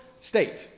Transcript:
state